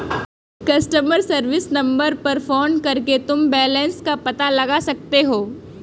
customer service number पर phone करके तुम बैलन्स का पता लगा सकते हो